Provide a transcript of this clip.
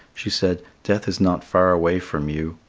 she said, death is not far away from you.